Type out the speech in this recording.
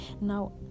now